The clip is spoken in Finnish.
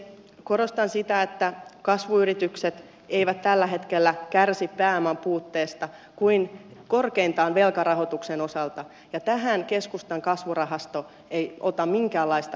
korostan sitä että kasvuyritykset eivät tällä hetkellä kärsi pääoman puutteesta kuin korkeintaan velkarahoituksen osalta ja tähän keskustan kasvurahasto ei ota minkäänlaista kantaa